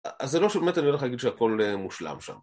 אז זה לא שבאמת אני הולך להגיד שהכול מושלם שם